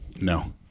No